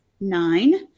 nine